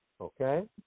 Okay